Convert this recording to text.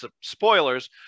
Spoilers